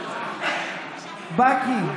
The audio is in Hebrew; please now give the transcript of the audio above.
בקי.